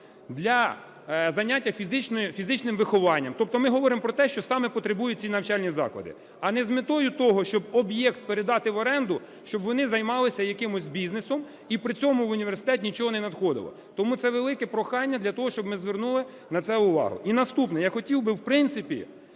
для заняття фізичним вихованням. Тобто ми говоримо про те, що саме потребують ці навчальні заклади, а не з метою того, щоб об'єкт передати в оренду, щоб вони займались якимось бізнесом і при цьому в університет нічого не надходило. Тому це велике прохання для того, щоб ми звернули на це увагу. І наступне. Я хотів би, в принципі,